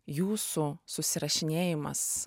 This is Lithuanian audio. jūsų susirašinėjimas